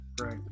Right